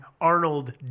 Arnold